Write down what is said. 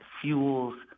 fuels